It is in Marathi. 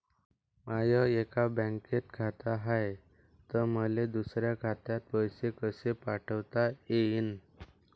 माय एका बँकेत खात हाय, त मले दुसऱ्या खात्यात पैसे कसे पाठवता येईन?